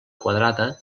quadrada